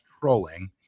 trolling